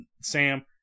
Sam